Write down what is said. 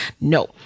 No